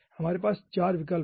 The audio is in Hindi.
हमारे पास 4 विकल्प हैं